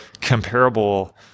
comparable